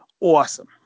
Awesome